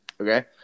okay